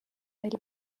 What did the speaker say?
neil